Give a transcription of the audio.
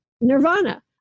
nirvana